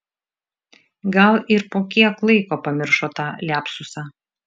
gal ir po kiek laiko pamiršo tą liapsusą